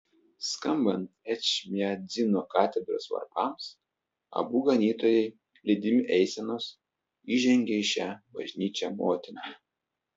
skambant ečmiadzino katedros varpams abu ganytojai lydimi eisenos įžengė į šią bažnyčią motiną